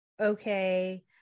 okay